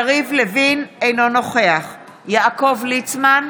יריב לוין, אינו נוכח יעקב ליצמן,